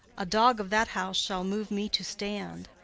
a dog of that house shall move me to stand.